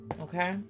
okay